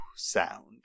sound